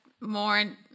more